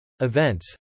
events